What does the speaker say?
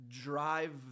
drive